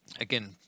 Again